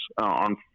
on